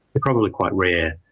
they are probably quite rare.